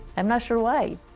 i'm not sure why.